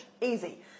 Easy